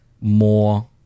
more